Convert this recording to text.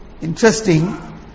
interesting